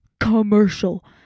Commercial